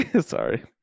Sorry